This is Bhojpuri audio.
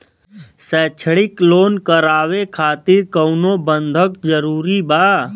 शैक्षणिक लोन करावे खातिर कउनो बंधक जरूरी बा?